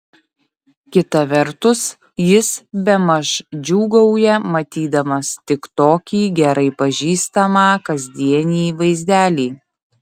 kita vertus jis bemaž džiūgauja matydamas tik tokį gerai pažįstamą kasdienį vaizdelį